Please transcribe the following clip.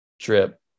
trip